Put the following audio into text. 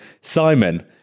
Simon